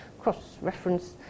cross-reference